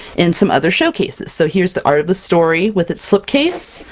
in some other showcases. so here's the art of the story with its slipcase,